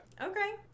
Okay